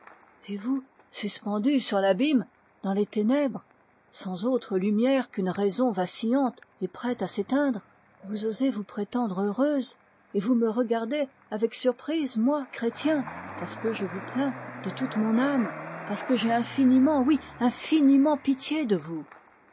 et vous suspendue sur l'abîme dans les ténèbres sans autre lumière qu'une raison vacillante et prête à s'éteindre vous osez vous dire heureuse et vous me regardez avec surprise moi chrétien parce que je vous plains de toute mon âme parce que j'ai infiniment oui infiniment pitié de vous